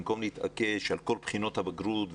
במקום להתעקש על כל בחינות הבגרות,